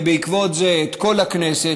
ובעקבות זה את כל הכנסת,